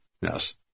Yes